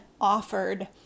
offered